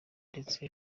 ndetse